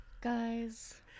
Guys